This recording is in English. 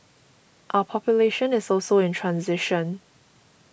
our population is also in transition